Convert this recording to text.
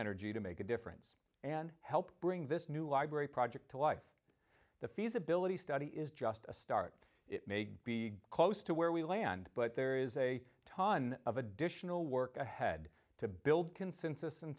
energy to make a difference and help bring this new library project to life the feasibility study is just a start it may be close to where we land but there is a ton of additional work ahead to build consensus in